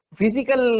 physical